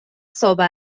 صبح